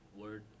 word